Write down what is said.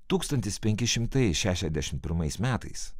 tūkstantis penki šimtai šešiasdešimt pirmais metais